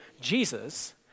Jesus